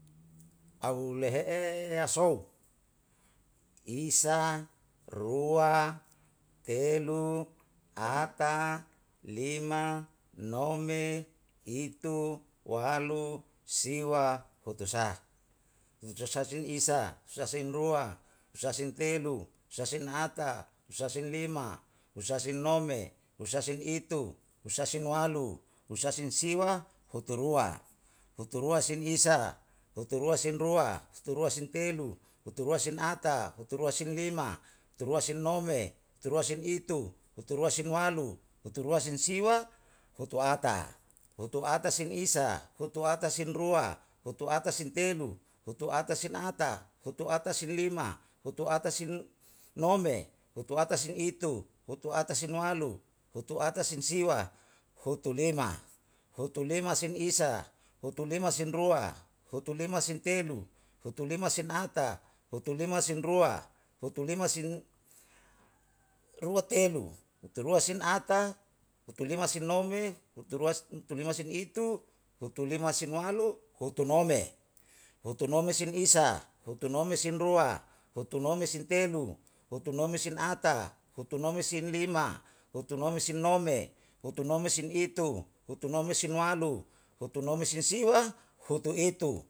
au ulu lehe'e eya sou, isa, rua, telu, ata, lima, nome, itu, walu, siwa, hutusa, hutusasin isa, utusasin lua, utusasin telu, utusasin ata, utusasin lima, utusasin nome, utusasin itu, utusasin walu, utusasin siwa, huturua. Hutruasin isa, huturuasin rua, huturusin telu, huturusin ata, huturusin lima, hutuaruasin nome, huturuasin itu, huturuasin walu, huturuasin siwa, hutu ata. hutu atasin isa, hutu atasin rua, hutu atasin telu, hutu atasin lima, hutu atasin nome, hutu atasin itu, hutu atasin walu, hutu atasin siwa, hutulima.`hutulima sin isa, hutulia sin rua, hutulima sin telu, hutuliama sin ata, hutulima sin lima, hutulima sin nome, hutulima sin itu, hutulima sin walu, hutulima sin siwa, hutunome. Hutunome sin isa, hutunome sin rua, hutunome sin telu, hutunome sin ata, hutunome sin lima, hutunome sin nome, hutunome sin itu, hutunome sin walu, hutunome sin siwa, hutu itu.